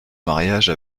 mariage